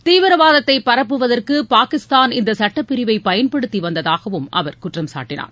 தீவிரவாதத்தை பரப்புவதற்கு பாகிஸ்தான் இந்த சுட்டப்பிரிவை பயன்படுத்தி வந்ததாகவும் அவர் குற்றம் சாட்டினார்